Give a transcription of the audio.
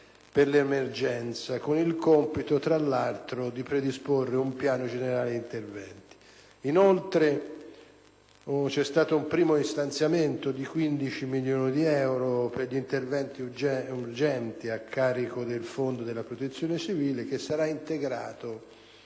per l'emergenza, con il compito, tra l'altro, di predisporre un piano generale di interventi. Inoltre, c'è stato un primo stanziamento di 15 milioni di euro per gli interventi urgenti a carico del Fondo della protezione civile, che sarà integrato